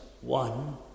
one